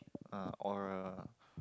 uh or